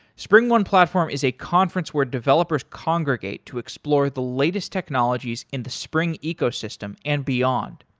springone platform is a conference where developers congregate to explore the latest technologies in the spring ecosystem and beyond.